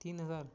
तीन हजार